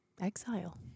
exile